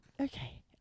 Okay